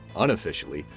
unofficially,